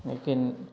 لیکن